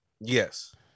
Yes